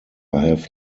have